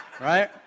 right